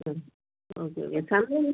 ആ okay okay സമയം